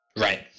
Right